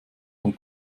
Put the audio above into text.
von